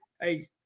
hey